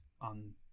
on